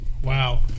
Wow